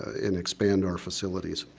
and expand our facilities.